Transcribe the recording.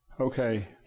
Okay